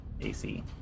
AC